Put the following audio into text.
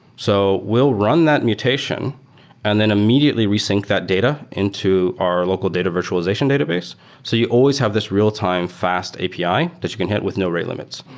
so we'll run that mutation and then immediately re-synk that data into our local data virtualization database so you always have this real-time fast api that you can hit with no rate limits,